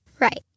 Right